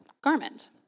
garment